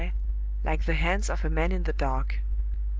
like the hands of a man in the dark.